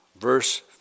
verse